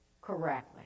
correctly